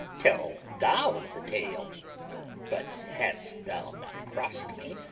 tell thou the tale but hadst thou not crossed me,